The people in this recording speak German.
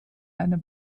einer